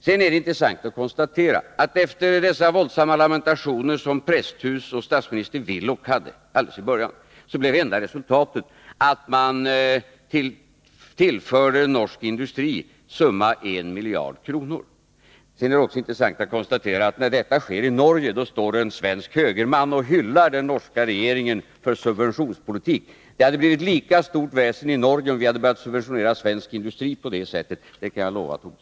Sedan är det intressant att konstatera att efter dessa våldsamma lamentationer från Presthus och statsminister Willoch i början blev resultatet endast det, att man tillförde norsk industri summa en miljard kronor. Det är också intressant att konstatera att när detta sker i Norge står en svensk högerman och hyllar den norska regeringen för dess subventionspolitik. Det hade blivit lika stort väsen i Norge, om vi hade börjat subventionera svensk industri på det sättet — det kan jag lova Lars Tobisson.